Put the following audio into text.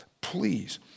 please